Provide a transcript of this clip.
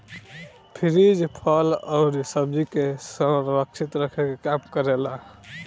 fridge फल अउरी सब्जी के संरक्षित रखे के काम करेला